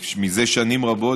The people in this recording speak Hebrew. ומזה שנים רבות,